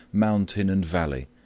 mountain and valley,